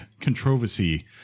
controversy